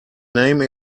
name